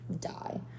die